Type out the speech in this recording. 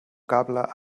cable